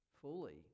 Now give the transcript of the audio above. fully